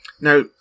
Now